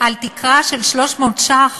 על תקרה של 300 ש"ח,